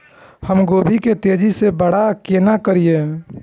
हम गोभी के तेजी से बड़ा केना करिए?